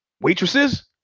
Waitresses